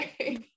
okay